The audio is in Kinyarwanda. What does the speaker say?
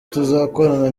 tuzakorana